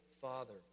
Father